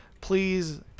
Please